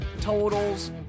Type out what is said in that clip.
totals